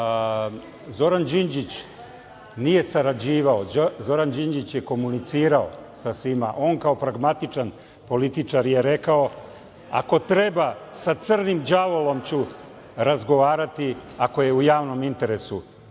Zoran Đinđić nije sarađivao, Zoran Đinđić je komunicirao sa svima. On kao pragmatičan političar je rekao - ako treba sa crnim đavolom ću razgovarati ako je u javnom interesu,